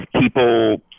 people